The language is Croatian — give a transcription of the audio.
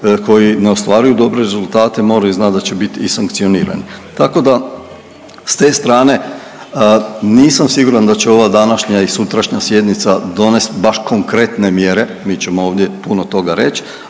koji ne ostvaruju dobre rezultate moraju znat da će bit i sankcionirani. Tako da s te strane nisam siguran da će ova današnja i sutrašnja sjednica donest baš konkretne mjere, mi ćemo ovdje puno toga reć,